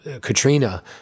Katrina